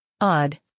Odd